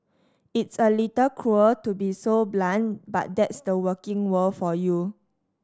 it's a little cruel to be so blunt but that's the working world for you